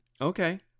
okay